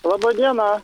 laba diena